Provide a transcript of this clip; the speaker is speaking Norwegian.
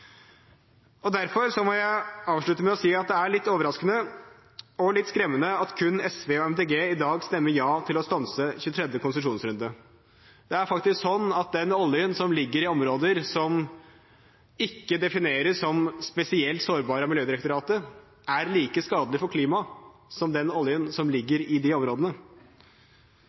Derfor må jeg avslutte med å si at det er litt overraskende og litt skremmende at kun SV og Miljøpartiet De Grønne i dag stemmer ja til å stanse 23. konsesjonsrunde. Det er faktisk sånn at den oljen som ligger i områder som ikke defineres som spesielt sårbare av Miljødirektoratet, er like skadelig for klimaet som den oljen som ligger i de områdene.